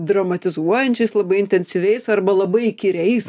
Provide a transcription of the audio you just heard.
dramatizuojančiais labai intensyviais arba labai įkyriais